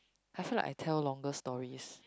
I feel like I tell longer stories